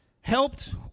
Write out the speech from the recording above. helped